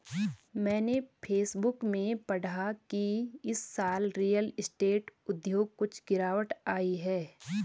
मैंने फेसबुक में पढ़ा की इस साल रियल स्टेट उद्योग कुछ गिरावट आई है